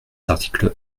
articles